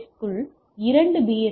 S க்குள் இரண்டு B